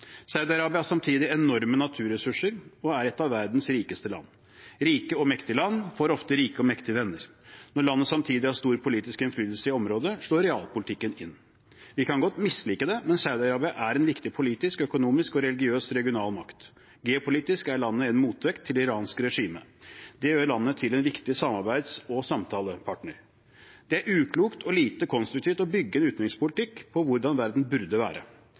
Saudi-Arabia har samtidig enorme naturressurser og er et av verdens rikeste land. Rike og mektige land får ofte rike og mektige venner. Når landet samtidig har stor politisk innflytelse i området, slår realpolitikken inn. Vi kan godt mislike det, men Saudi-Arabia er en viktig politisk, økonomisk og religiøs regional makt. Geopolitisk er landet en motvekt til det iranske regimet. Det gjør landet til en viktig samarbeids- og samtalepartner. Det er uklokt og lite konstruktivt å bygge en utenrikspolitikk på hvordan verden burde være.